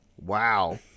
Wow